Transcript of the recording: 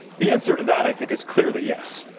the answer to that i think is clearly, yes.